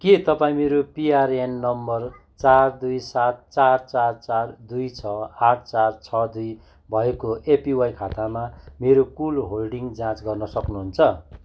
के तपाईँँ मेरो पिआरएएन नम्बर चार दुई सात चार चार चार दुई छ आठ चार छ दुई भएको एपिवाई खातामा मेरो कुल होल्डिङ जाँच गर्न सक्नुहुन्छ